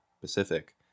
Pacific